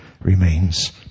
remains